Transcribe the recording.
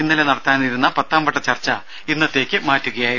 ഇന്നലെ നടത്താനിരുന്ന പത്താംവട്ട ചർച്ച ഇന്നത്തേക്ക് മാറ്റുകയായിരുന്നു